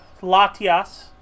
Latias